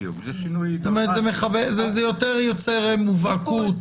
זה יותר יוצר מובהקות.